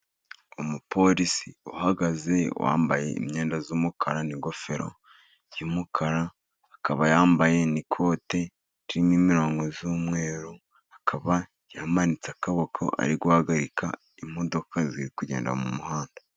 Umupolisi uhagaze wambaye imyenda y'umukara, n'ingofero y'umukara, akaba yambaye n'ikote ririmo imirongo y'umweru. Akaba yamanitse akaboko, ari guhagarika imodoka ziri kugenda mu muhanda.